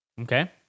Okay